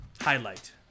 highlight